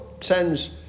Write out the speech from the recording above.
sends